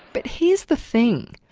but here's the thing.